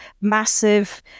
massive